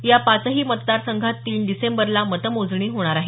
या पाचही मतदार संघात तीन डिसेंबरला मतमोजणी होणार आहे